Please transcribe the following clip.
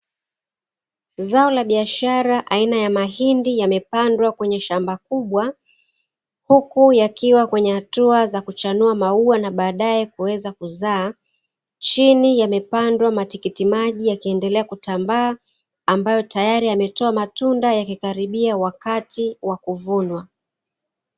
Zao la biashara aina ya mahindi yamepandwa kwenye shamba kubwa, huku yakiwa kwenye hatua za kuchanua mauwa na baadae kuweza kuzaa. Chini yamepandwa matikiti maji yakiendelea kutambaa, ambayo tayari yametoa matunda yakikaribia wakati wa kuvunwa.